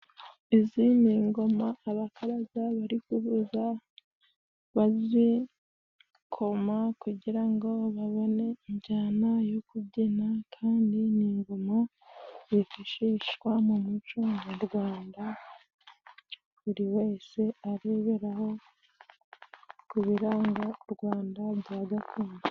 Izi ni ingoma abakaraza bari kuvuza bazikoma kugira ngo babone injyana yo kubyina, kandi ni ingoma zifashishwa mu muco nyarwanda buri wese areberaho ku biranga u Rwanda bya gakondo.